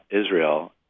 Israel